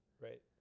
right